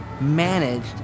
managed